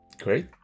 Great